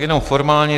Jenom formálně.